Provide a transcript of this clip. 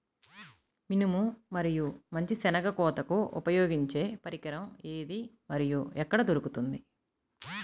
మినుము మరియు మంచి శెనగ కోతకు ఉపయోగించే పరికరం ఏది మరియు ఎక్కడ దొరుకుతుంది?